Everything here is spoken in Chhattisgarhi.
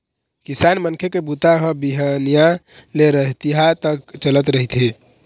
किसान मनखे के बूता ह बिहनिया ले रतिहा तक चलत रहिथे